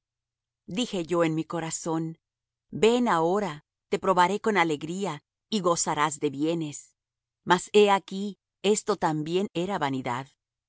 dije yo en mi corazón ven ahora te probaré con alegría y gozarás de bienes mas he aquí esto también era vanidad